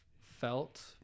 felt